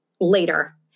later